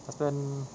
I spend